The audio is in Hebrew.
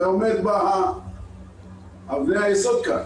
זה עומד באבני היסוד כאן.